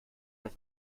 das